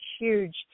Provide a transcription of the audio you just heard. huge